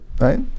right